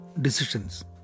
decisions